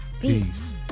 Peace